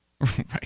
right